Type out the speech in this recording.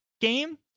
game